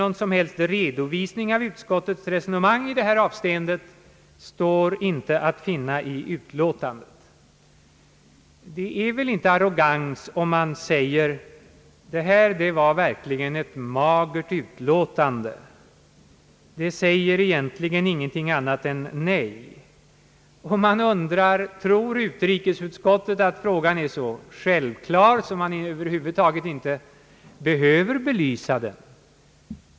Någon som helst redovisning av utskottets resonemang i detta avseende står emellertid inte att finna i utlåtandet. Det kan väl inte sägas vara arrogant om man påstår, att detta verkligen var ett magert utlåtande; det säger egentligen ingenting annat än nej. Man undrar om utrikesutskottet tror att frågan är så självklar, att den över huvud taget inte behöver belysas.